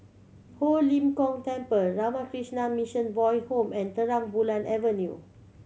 Ho Lim Kong Temple Ramakrishna Mission Boy Home and Terang Bulan Avenue